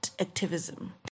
activism